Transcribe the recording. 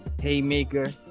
Haymaker